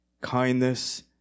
kindness